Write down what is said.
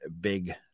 big